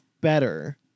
better